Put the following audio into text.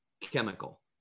chemical